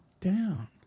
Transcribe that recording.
down